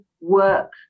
work